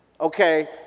Okay